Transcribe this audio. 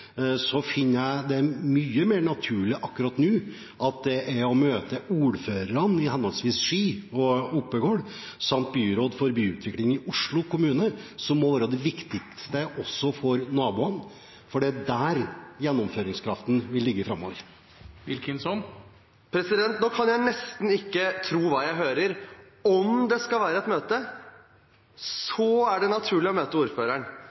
jeg finne det mye mer naturlig at det viktigste, også for naboene, akkurat nå må være å møte ordførerne i henholdsvis Ski og Oppegård samt byråd for byutvikling i Oslo kommune, for det er der gjennomføringskraften vil ligge framover. Jeg kan nesten ikke tro hva jeg hører nå: Om det skal være et møte, er det naturlig å møte ordføreren.